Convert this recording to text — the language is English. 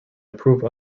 approve